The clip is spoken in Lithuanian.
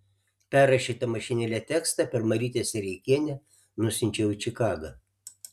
perrašytą mašinėle tekstą per marytę sereikienę nusiunčiau į čikagą